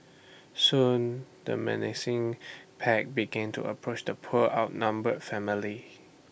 soon the menacing pack begin to approach the poor outnumbered family